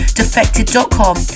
defected.com